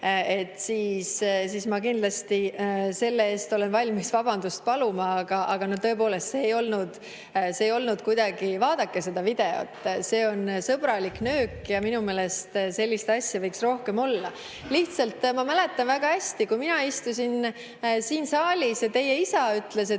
siis ma kindlasti olen selle eest valmis vabandust paluma, aga tõepoolest see ei olnud … Vaadake seda videot. See on sõbralik nöök ja minu meelest võiks sellist asja rohkem olla. Ma mäletan väga hästi, kui mina istusin siin saalis ja teie isa ütles, et